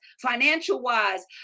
financial-wise